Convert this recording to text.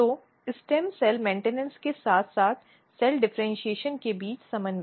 तो stem cell maintenance के साथ साथ सेल डिफ़र्इन्शीएशन के बीच समन्वय